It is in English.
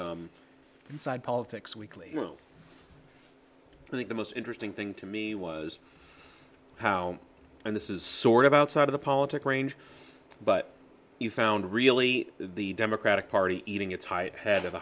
inside politics weekly i think the most interesting thing to me was how and this is sort of outside of the politic range but you found really the democratic party eating its high head of the